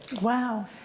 Wow